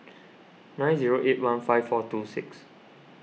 nine zero eight one five four two six